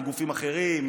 עם גופים אחרים,